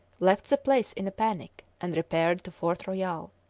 left the place in a panic and repaired to fort royal.